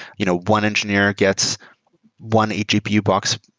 you know one engineer gets one eight gpu box.